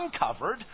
uncovered